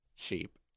Cheap